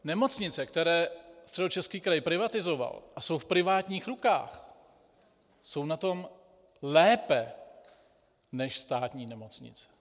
Nemocnice, které Středočeský kraj privatizoval a jsou v privátních rukách, jsou na tom lépe než státní nemocnice.